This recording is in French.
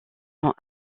sont